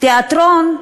תיאטרון,